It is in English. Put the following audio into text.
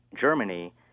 Germany